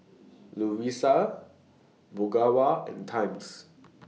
Lovisa Ogawa and Times